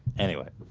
anyway,